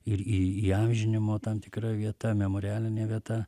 ir į įamžinimo tam tikra vieta memorialinė vieta